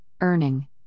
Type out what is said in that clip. earning